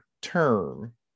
term